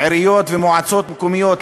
עיריות ומועצות מקומיות,